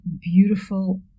beautiful